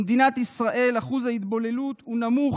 במדינת ישראל אחוז ההתבוללות הוא נמוך